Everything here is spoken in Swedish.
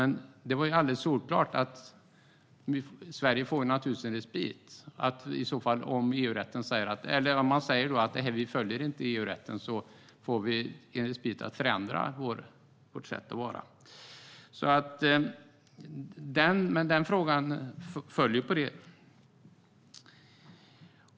Men det var alldeles solklart att Sverige får respit att förändra vårt sätt ifall EU-rätten säger att vi inte följer den. Men frågan föll på det.